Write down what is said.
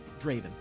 Draven